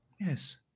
Yes